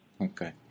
Okay